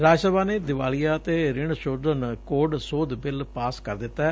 ਰਾਜਸਭਾ ਨੇ ਦਿਵਾਲੀਆ ਅਤੇ ਰਿਣ ਸੋਧਨ ਕੋਡ ਸੋਧ ਬਿੱਲ ਪਾਸ ਕਰ ਦਿੱਤੈ